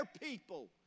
people